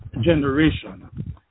generation